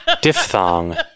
Diphthong